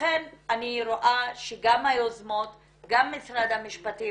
לכן אני רואה שגם היוזמות וגם משרד המשפטים